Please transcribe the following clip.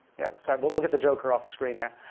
yeah sort of we'll we'll get the joker off the screen there.